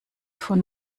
von